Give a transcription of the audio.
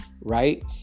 Right